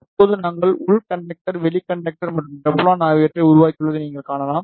இப்போது நாங்கள் உள் கண்டக்டர் வெளி கண்டக்டர் மற்றும் டெஃளான் ஆகியவற்றை உருவாக்கியுள்ளதை நீங்கள் காணலாம்